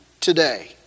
today